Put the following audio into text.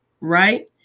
right